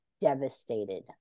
devastated